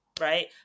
right